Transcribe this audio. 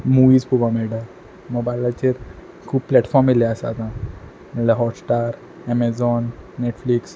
movies पोळोपा मेयटा मोबायलाचेर खूब प्लेटफॉर्म येयल्ले आसा आतां म्हळ्यार हॉटस्टार एमेजॉन नेटफ्लिक्स